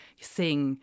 sing